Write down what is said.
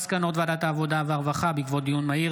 על מסקנות ועדת הכספים בעקבות דיון מהיר